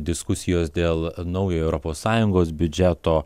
diskusijos dėl naujo europos sąjungos biudžeto